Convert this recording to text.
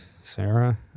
Sarah